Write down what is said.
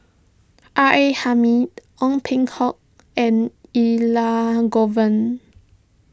R A Hamid Ong Peng Hock and Elangovan